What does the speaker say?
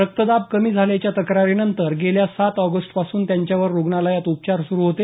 रक्तदाब कमी झाल्याच्या तक्रारीनंतर गेल्या सात ऑगस्टपासून त्यांच्यावर रुग्णालयात उपचार सुरू होते